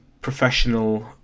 professional